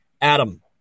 Adam